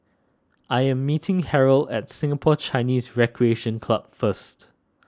I am meeting Harrold at Singapore Chinese Recreation Club first